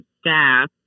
staff